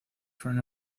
from